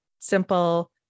simple